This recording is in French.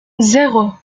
zéro